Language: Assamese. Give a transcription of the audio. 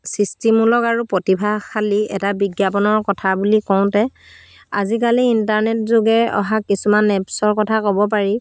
সৃষ্টিমূলক আৰু প্ৰতিভাশালী এটা বিজ্ঞাপনৰ কথা বুলি কওঁতে আজিকালি ইণ্টাৰনেট যোগে অহা কিছুমান এপ্ছৰ কথা ক'ব পাৰি